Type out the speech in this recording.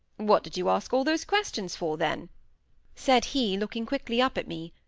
what did you ask all those questions for, then said he, looking quickly up at me.